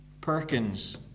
Perkins